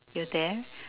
you're there